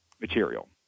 material